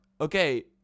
okay